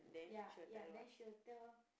ya ya then she will tell